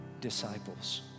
disciples